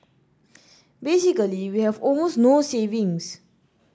basically we have almost no savings